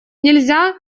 нельзя